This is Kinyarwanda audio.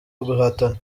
guhatana